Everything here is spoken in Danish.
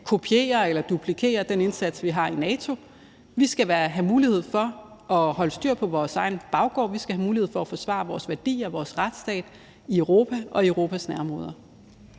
kopiere eller duplikere den indsats, vi har i NATO. Vi skal have mulighed for at holde styr på vores egen baggård, og vi skal have mulighed for at forsvare vores værdier og vores retsstat i Europa og i Europas nærområder.